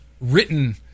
written